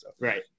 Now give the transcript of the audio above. Right